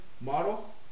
model